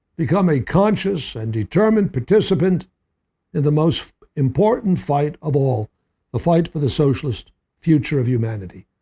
become a conscious and determined participant in the most important fight of all the fight for the socialist future of humanity.